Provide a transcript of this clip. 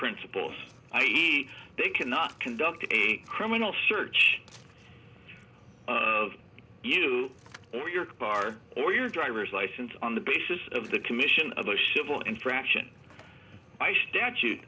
principles i e they cannot conduct a criminal search of you or your car or your driver's license on the basis of the commission of a civil infraction by statute